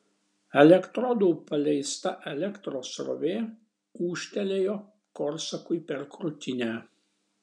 elektrodų paleista elektros srovė ūžtelėjo korsakui per krūtinę